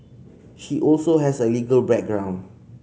she also has a legal background